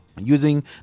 Using